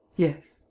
yes.